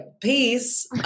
peace